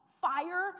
fire